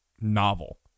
novel